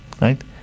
Right